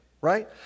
right